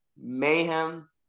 mayhem